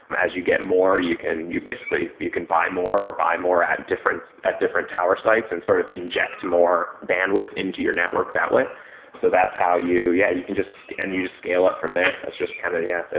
um as you get more, you can, you basically, you can buy more or buy more at different at different tower sites and sort of inject more bandwidth into your network that way so that's how you yeah, you can just, and you just scale up from there. that's just kind of yeah.